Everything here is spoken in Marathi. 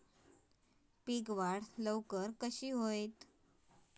पीक वाढ लवकर कसा होईत?